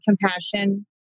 compassion